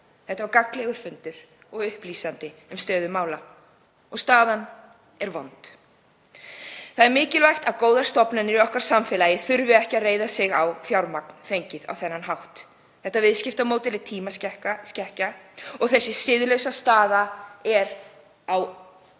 Þetta var gagnlegur fundur og upplýsandi um stöðu mála. Og staðan er vond. Mikilvægt er að góðar stofnanir í okkar samfélagi þurfi ekki að reiða sig á fjármagn sem fengið er á þennan hátt. Þetta viðskiptamódel er tímaskekkja og þessi siðlausa staða er á